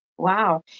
Wow